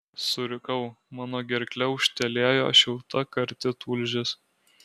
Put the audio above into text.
surikau mano gerkle ūžtelėjo šilta karti tulžis